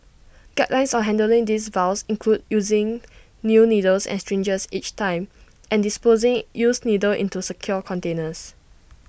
guidelines on handling these vials include using new needles and syringes each time and disposing used needles into secure containers